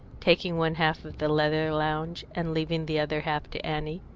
taking one half of the leather lounge, and leaving the other half to annie.